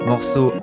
morceau